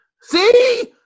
See